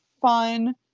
fun